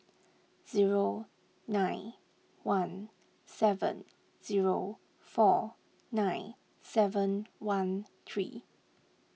zero nine one seven zero four nine seven one three